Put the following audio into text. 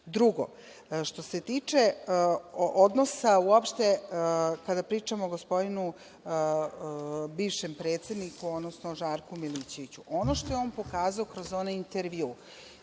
što se tiče odnosa uopšte kada pričamo o gospodinu bivšem predsedniku odnosno Žarku Milićeviću, ono što je on pokazao kroz onaj intervju